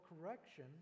correction